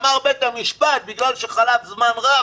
אמר בית המשפט: בגלל שחלף זמן רב,